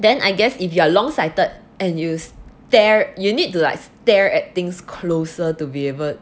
then I guess if you are long sighted and you stare you need to like stare at things closer to be able